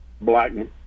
Blackman